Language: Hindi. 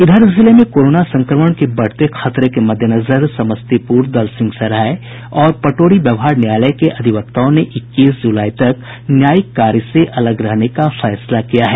इधर जिले में कोरोना संक्रमण के बढ़ते खतरे के मद्देनजर समस्तीपुर दलसिंह सराय और पटोरी व्यवहार न्यायालय के अधिवक्ताओं ने इक्कीस जुलाई तक न्यायिक कार्य से अलग रहने का फैसला किया है